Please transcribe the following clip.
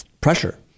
pressure